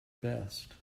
best